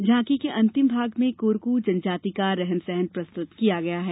झांकी के अंतिम भाग में कोरकू जनजाति का रहन सहन प्रस्तुत किया गया है